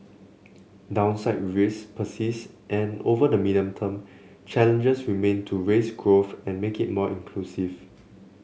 downside risk persist and over the medium term challenges remain to raise growth and make it more inclusive